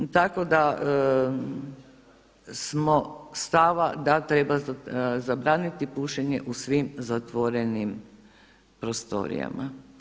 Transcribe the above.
Tako da smo stava da treba zabraniti pušenje u svim zatvorenim prostorijama.